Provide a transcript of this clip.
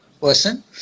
person